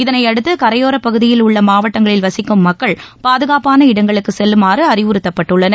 இதனையடுத்து கரையோர பகுதியில் உள்ள மாவட்டங்களில் வசிக்கும் மக்கள் பாதுகாப்பான இடங்களுக்கு செல்லுமாறு அறிவுறுத்தப்பட்டுள்ளனர்